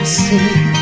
see